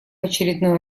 очередной